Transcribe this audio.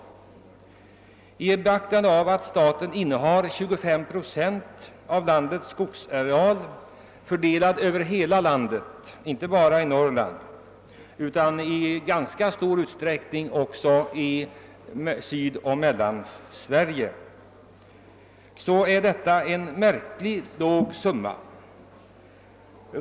Med beaktande av att staten innehar 25 procent av den totala skogsarealen, fördelade på hela landet, inte bara Norrland utan i ganska stor utsträckning också Sydoch Mellansverige, är detta en märkligt låg summa.